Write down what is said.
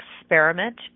experiment